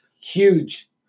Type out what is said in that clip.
huge